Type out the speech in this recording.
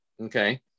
Okay